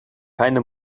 keine